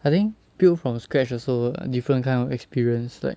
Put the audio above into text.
I think built from scratch also different kind of experience like